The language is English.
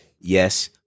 Yes